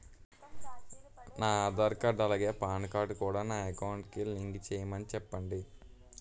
నా ఆధార్ కార్డ్ అలాగే PAN card కూడా నా అకౌంట్ కి లింక్ చేయమని చెప్పండి